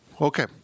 Okay